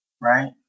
Right